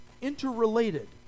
interrelated